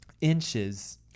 inches